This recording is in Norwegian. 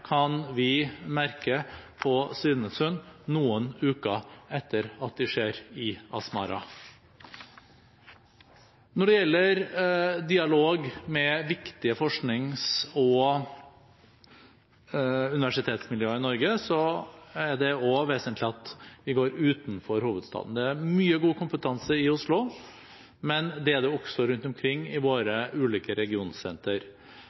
kan vi merke på Svinesund noen uker etter at de skjer i Asmara. Når det gjelder dialog med viktige forsknings- og universitetsmiljøer i Norge, er det også vesentlig at vi går utenfor hovedstaden. Det er mye god kompetanse i Oslo, men det er det også rundt omkring i